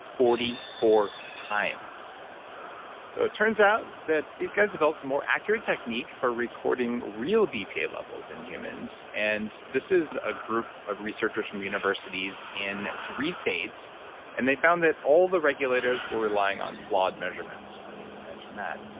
forty four times so it turns out that these guys developed more accurate technique for recording real bpa levels in humans. and this is a group of researchers from universities in three states and they found that all the regulators were relying on flawed measurements. i mean, imagine that.